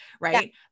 right